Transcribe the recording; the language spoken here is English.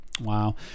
Wow